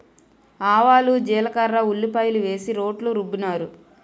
ఆవాలు జీలకర్ర ఉల్లిపాయలు వేసి రోట్లో రుబ్బినారు